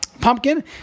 pumpkin